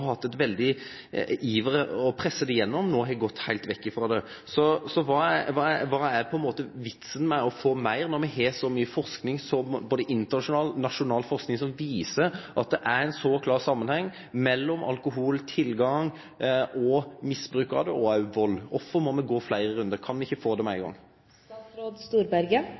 hatt ein veldig iver og pressa det gjennom, har gått heilt vekk frå det. Kva er vitsen med å få meir, når me har så mykje forsking – både internasjonal og nasjonal forsking – som viser at det er ein klar samanheng mellom alkoholtilgang, alkoholmisbruk og også vald? Kvifor må me gå fleire rundar? Kan me ikkje få det med ein